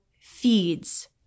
feeds